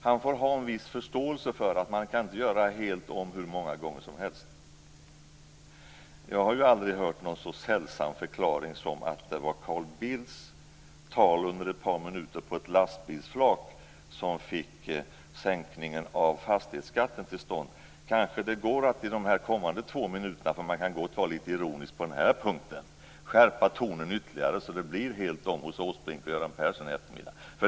Han får ha en viss förståelse för att man inte kan göra helt om hur många gånger som helst. Jag har aldrig hört någon så sällsam förklaring som att det var Carl Bildts tal under ett par minuter på ett lastbilsflak som fick till stånd sänkningen av fastighetsskatten. Kanske det går att under de kommande två minuterna - jag kan gott vara litet ironisk på den här punkten - skärpa tonen ytterligare så att det blir helt om hos Erik Åsbrink och Göran Persson i eftermiddag.